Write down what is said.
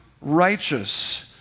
righteous